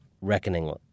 reckoning